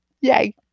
Yay